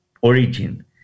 origin